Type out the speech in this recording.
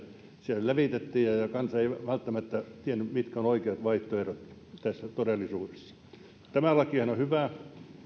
siellä välillä viitattiin ja kansa ei välttämättä tiennyt mitkä ovat oikeat vaihtoehdot tässä todellisuudessa tämä lakihan on on hyvä